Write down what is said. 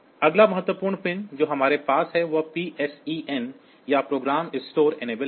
अगला महत्वपूर्ण पिन जो हमारे पास है वह PSEN या प्रोग्राम स्टोर सक्षम है